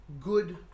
good